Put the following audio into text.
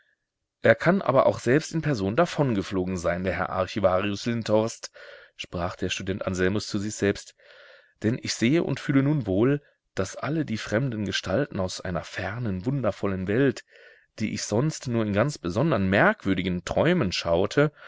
er kann aber auch selbst in person davongeflogen sein der herr archivarius lindhorst sprach der student anselmus zu sich selbst denn ich sehe und fühle nun wohl daß alle die fremden gestalten aus einer fernen wundervollen welt die ich sonst nur in ganz besondern merkwürdigen träumen schaute